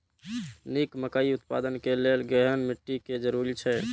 निक मकई उत्पादन के लेल केहेन मिट्टी के जरूरी छे?